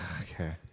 Okay